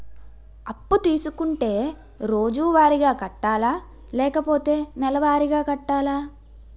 అప్పు తీసుకుంటే రోజువారిగా కట్టాలా? లేకపోతే నెలవారీగా కట్టాలా?